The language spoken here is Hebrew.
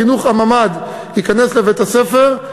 חינוך הממ"ד ייכנס לבית-הספר,